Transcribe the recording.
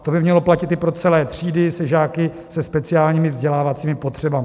To by mělo platit i pro celé třídy se žáky se speciálními vzdělávacími potřebami.